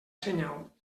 senyal